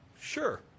Sure